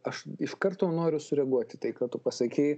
aš iš karto noriu sureaguoti tai ką tu pasakei